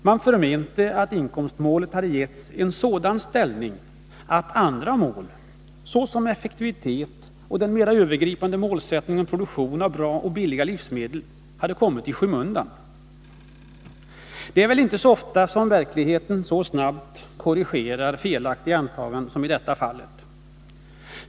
Man förmenade att inkomstmålet hade getts en sådan ställning att andra mål, såsom effektiviteten och den mera övergripande målsättningen om produktion av bra och billiga livsmedel, hade kommit i skymundan. Det är väl inte så ofta som verkligheten så snabbt korrigerar felaktiga antaganden som i detta fall.